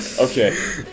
Okay